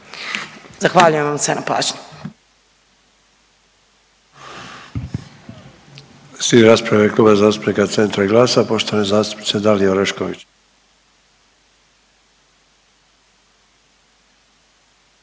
Zahvaljujem vam se na pažnji.